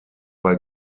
bei